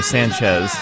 Sanchez